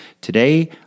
Today